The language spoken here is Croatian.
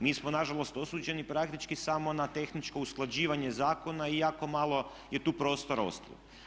Mi smo nažalost osuđeni praktički samo na tehničko usklađivanje zakona i jako malo je tu prostora ostalo.